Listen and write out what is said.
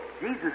Jesus